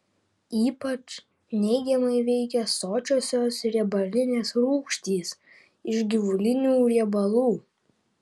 ypač neigiamai veikia sočiosios riebalinės rūgštys iš gyvulinių riebalų